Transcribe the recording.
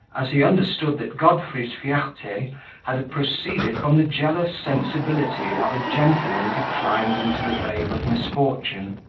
as he understood that godfrey's fierte had proceeded from the jealous sensibility of a gentleman declined into the vale of misfortune.